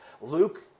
Luke